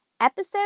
episode